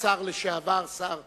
השר לשעבר, השר